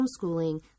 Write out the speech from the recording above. homeschooling